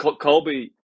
Colby